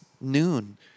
noon